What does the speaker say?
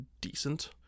decent